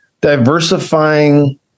diversifying